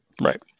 right